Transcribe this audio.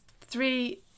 three